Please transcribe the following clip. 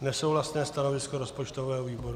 Nesouhlasné stanovisko rozpočtového výboru.